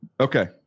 Okay